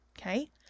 Okay